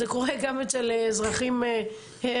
זה קורה גם אצל אזרחים רגילים,